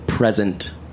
present